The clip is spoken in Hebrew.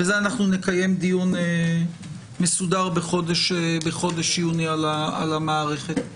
ונקיים דיון מסודר בחודש יוני על המערכת.